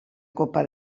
copa